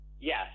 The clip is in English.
Yes